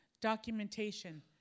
documentation